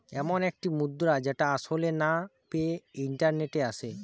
এমন একটি মুদ্রা যেটা আসলে না পেয়ে ইন্টারনেটে আসে